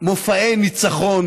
מופעי ניצחון